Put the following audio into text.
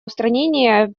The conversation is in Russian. устранение